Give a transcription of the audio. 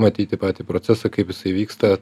matyti patį procesą kaip jisai vyksta